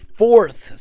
fourth